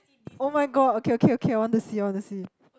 [oh]-my-god okay okay okay I want to see I want to see